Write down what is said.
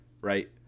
right